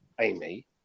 Amy